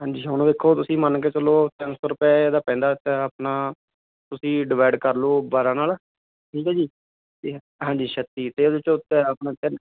ਹਾਂਜੀ ਹੁਣ ਵੇਖੋ ਤੁਸੀਂ ਮੰਨ ਕੇ ਚੱਲੋ ਤਿੰਨ ਸੌ ਰੁਪਏ ਦਾ ਪੈਂਦਾ ਤਾਂ ਆਪਣਾ ਤੁਸੀਂ ਡਵੈਡ ਕਰਲੋ ਬਾਰਾਂ ਨਾਲ ਠੀਕ ਐ ਜੀ ਹਾਂਜੀ ਛੱਤੀ ਤੇ ਉਹਦੇ ਚੋਂ ਆਪਣਾ ਤਿੰਨ